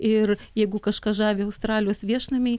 ir jeigu kažką žavi australijos viešnamiai